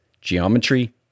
geometry